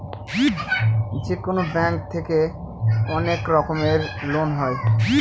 যেকোনো ব্যাঙ্ক থেকে অনেক রকমের লোন হয়